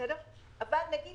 ובאופן